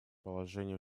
положение